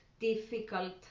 difficult